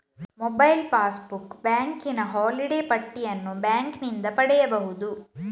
mobile passbook, ಬ್ಯಾಂಕಿನ holiday ಪಟ್ಟಿಯನ್ನು ಬ್ಯಾಂಕಿನಿಂದ ಪಡೆಯಬಹುದು